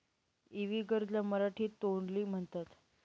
इवी gourd ला मराठीत तोंडली म्हणतात